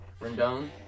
Rendon